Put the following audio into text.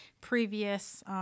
previous